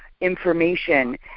information